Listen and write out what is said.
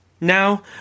Now